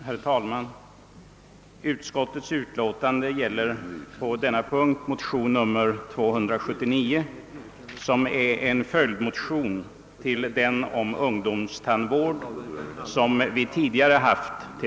Herr talman! Under denna punkt i statsutskottets utlåtande behandlas vår motion II: 279. Det är en följdmotion till den motion om ungdomstandvården som tidigare behandlats.